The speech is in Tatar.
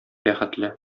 бәхетле